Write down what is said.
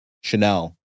Chanel